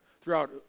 Throughout